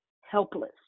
helpless